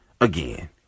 Again